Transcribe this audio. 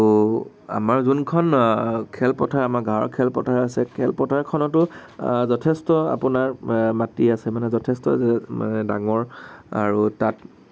আৰু আমাৰ যোনখন খেলপথাৰ আমাৰ গাঁৱৰ খেলপথাৰ আছে খেলপথাৰখনতো যথেষ্ট আপোনাৰ মাটি আছে মানে যথেষ্ট মানে ডাঙৰ আৰু তাত